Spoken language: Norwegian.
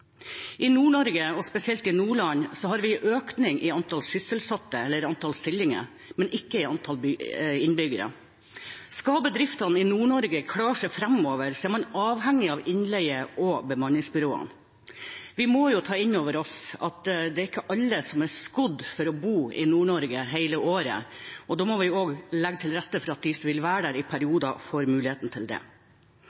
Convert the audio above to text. i nord kjempehardt. I Nord-Norge, og spesielt i Nordland, har vi en økning i antallet sysselsatte, eller antallet stillinger, men ikke i antallet innbyggere. Skal bedriftene i Nord-Norge klare seg framover, er man avhengig av innleie og bemanningsbyråene. Vi må ta inn over oss at det er ikke alle som er skodd for å bo i Nord-Norge hele året. Da må vi legge til rette for at de som vil være der i